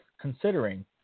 considering